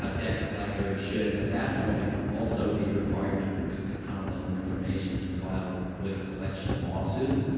ah debt collector should, at that point, also be required to produce account-level information to file with collection lawsuits,